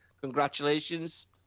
Congratulations